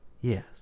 Yes